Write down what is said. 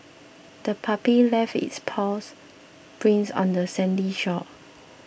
the puppy left its paws prints on the sandy shore